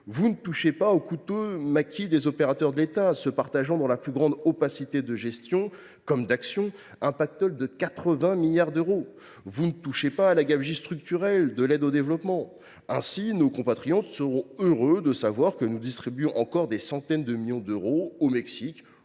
Vous ne touchez pas au coûteux maquis des opérateurs de l’État, lesquels se partagent, dans la plus grande opacité de gestion comme d’action, un pactole de 80 milliards d’euros. Vous ne touchez pas à la gabegie structurelle de l’aide au développement. Ainsi, nos compatriotes seront heureux de savoir que nous continuons de distribuer des centaines de millions d’euros au Mexique